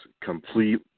complete